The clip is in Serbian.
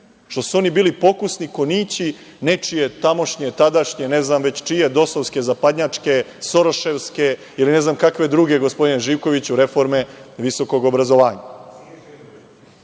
što su oni bili pokusni konjići nečije tamošnje, tadašnje, ne znam već čije, dosovske, zapadnjačke, soroševske ili ne znam kakve druge gospodine Živkoviću reforme visokog obrazovanja.